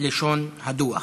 לשון הדוח.